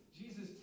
Jesus